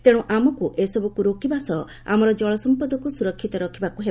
ତେଣୁ ଆମକୁ ଏସବୁକୁ ରୋକିବା ସହ ଆମର ଜଳସମ୍ପଦକୁ ସୁରକ୍ଷିତ ରଖିବାକୁ ହେବ